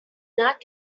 not